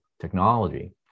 technology